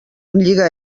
lliga